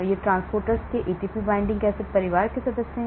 ये ट्रांसपोर्टर्स के ATP binding cassette परिवार के सदस्य हैं